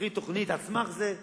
מכין תוכנית על סמך זה,